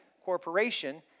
corporation